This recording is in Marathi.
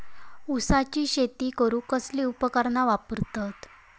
ऊसाची शेती करूक कसली उपकरणा वापरतत?